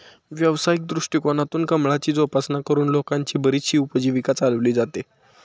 व्यावसायिक दृष्टिकोनातून कमळाची जोपासना करून लोकांची बरीचशी उपजीविका चालवली जाते